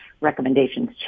Recommendations